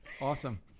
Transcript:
Awesome